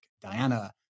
Diana